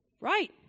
right